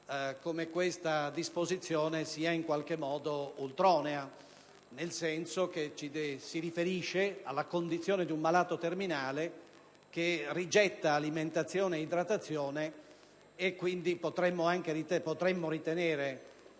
come questa disposizione sia in qualche modo ultronea, nel senso che si riferisce alla condizione di un malato terminale che rigetta alimentazione e idratazione; potremmo quindi